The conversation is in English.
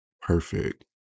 Perfect